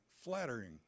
flattering